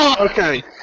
Okay